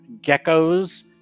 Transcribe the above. geckos